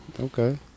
Okay